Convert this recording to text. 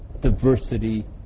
diversity